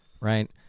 Right